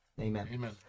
Amen